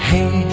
Hey